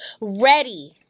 ready